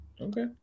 Okay